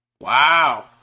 Wow